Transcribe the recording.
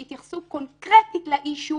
שהתייחסו קונקרטית לאישו,